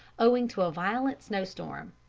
owing to a violent snowstorm.